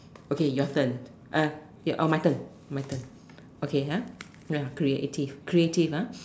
okay your turn uh your oh my turn my turn okay ah ya creative creative ah